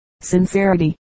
sincerity